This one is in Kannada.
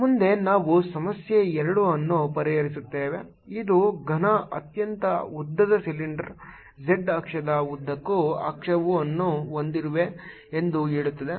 ಮುಂದೆ ನಾವು ಸಮಸ್ಯೆ 2 ಅನ್ನು ಪರಿಹರಿಸುತ್ತೇವೆ ಅದು ಘನ ಅನಂತ ಉದ್ದದ ಸಿಲಿಂಡರ್ z ಅಕ್ಷದ ಉದ್ದಕ್ಕೂ ಅಕ್ಷವನ್ನು ಹೊಂದಿದೆ ಎಂದು ಹೇಳುತ್ತದೆ